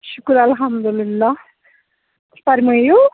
شُکُر اَلحَمدُ للہ فَرمٲیِو